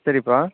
சரிப்பா